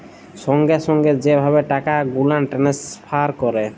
সঙ্গে সঙ্গে যে ভাবে টাকা গুলাল টেলেসফার ক্যরে